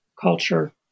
culture